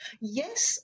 Yes